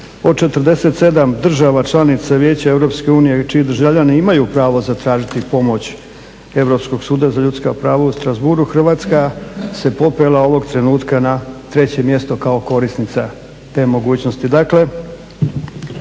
Od 47 država članica Vijeća Europske unije čiji državljani imaju pravo zatražiti pomoć Europskog suda za ljudska prava u Strasbourgu Hrvatska se popela ovog trenutka na 3. mjesto kao korisnica te mogućnosti.